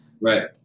Right